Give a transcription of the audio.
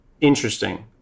interesting